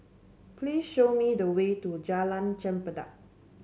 please show me the way to Jalan Chempedak